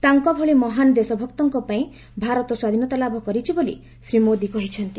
ତାଙ୍କଭଳି ମହାନ୍ ଦେଶଭକ୍ତଙ୍କ ପାଇଁ ଭାରତ ସ୍ୱାଧୀନତା ଲାଭ କରିଛି ବୋଲି ଶ୍ରୀ ମୋଦି କହିଛନ୍ତି